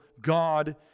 God